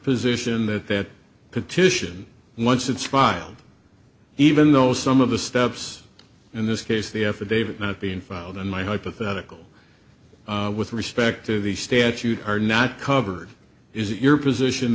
position that that petition once it's filed even though some of the steps in this case the affidavit not been filed in my hypothetical with respect to the statute are not covered is it your position